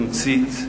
בתמצית,